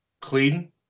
Clean